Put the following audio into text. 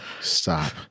Stop